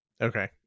Okay